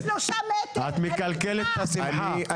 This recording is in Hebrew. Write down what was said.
את מקלקלת את השמחה,